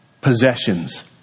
possessions